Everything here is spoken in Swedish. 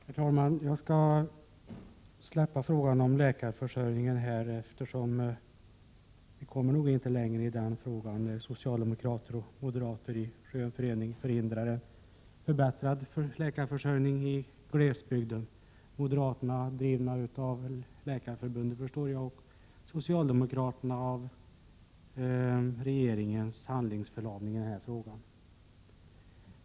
Herr talman! Jag skall släppa frågan om läkarförsörjningen, för vi kommer nog inte längre därvidlag, när socialdemokrater och moderater i skön förening förhindrar en förbättrad läkarförsörjning i glesbygden. Moderaterna drivs av Läkarförbundet, förstår jag, och socialdemokraternas ställningstagande beror väl på regeringens handlingsförlamning i det här fallet.